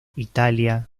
italia